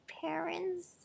parents